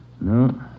No